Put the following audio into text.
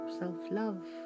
self-love